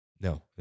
No